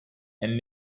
and